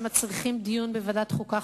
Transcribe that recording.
שמצריכים דיון בוועדת החוקה,